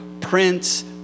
prince